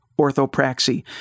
orthopraxy